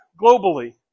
globally